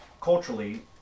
culturally